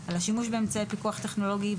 על השימוש במצעי פיקוח טכנולוגי,